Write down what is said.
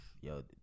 yo